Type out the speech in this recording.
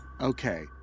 Okay